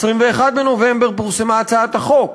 ב-21 בנובמבר פורסמה הצעת החוק,